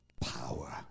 power